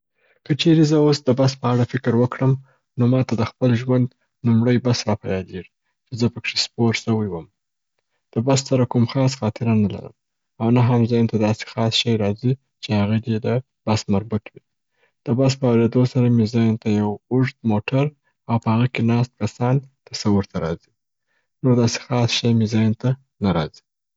که چیري زه اوس د بس په اړه فکر وکړم نو ماته د خپل ژوند لوموړی بس را په یادیږي چې زه پکښي سپور سوی وم. د بس سره کوم خاص خاطره نه لرم او نه هم ذهن ته داسي خاص شي راځي چې هغه دي د بس مربوط وي. د بس په اوریدو سره مي ذهن ته یو اوږد موټر او په هغه کي ناست کسان تصور ته راځي. نور داسي خاص شي مې ذهن ته نه راځي.